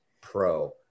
pro